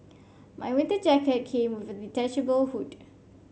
my winter jacket came with a detachable hood